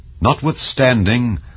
Notwithstanding